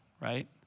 right